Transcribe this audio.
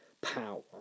power